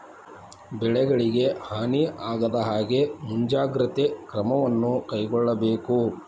ಬೆಳೆಗಳಿಗೆ ಹಾನಿ ಆಗದಹಾಗೆ ಮುಂಜಾಗ್ರತೆ ಕ್ರಮವನ್ನು ಕೈಗೊಳ್ಳಬೇಕು